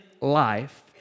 life